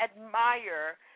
admire